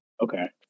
Okay